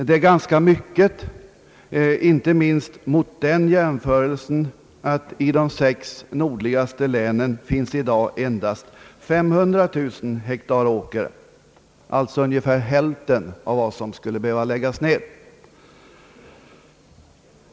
Det är ganska mycket, inte minst med den jämföelsen att det i de sex nordligaste länen i dag finns endast 500 000 hektar åker.